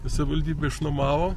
savivaldybė išnuomavo